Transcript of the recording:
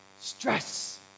stress